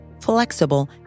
flexible